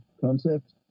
concept